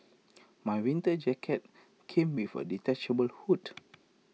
my winter jacket came with A detachable hood